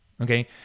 okay